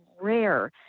rare